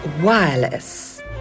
Wireless